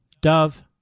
Dove